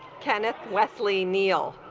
kenneth wesley neil